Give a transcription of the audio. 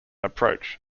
approach